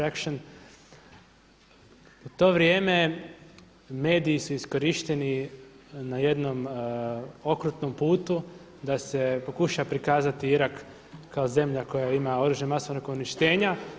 U to vrijeme mediji su iskorišteni na jednom okrutnom putu da se pokuša prikazati Irak kao zemlja koja ima oružje masovnog uništenja.